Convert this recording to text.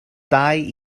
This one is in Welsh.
dau